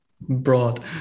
broad